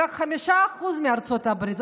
"רק 5% מארצות הברית".